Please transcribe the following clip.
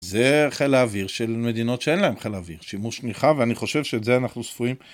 זה חיל האוויר של מדינות שאין להם חיל אוויר, שימוש נרחב, ואני חושב שאת זה אנחנו צפויים.